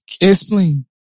Explain